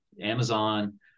Amazon